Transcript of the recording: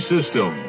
System